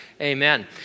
amen